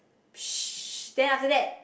then after that